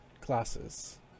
classes